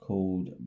Called